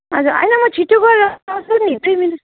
हजुर होइन म छिट्टो गएर आउँछु नि दुई मिनट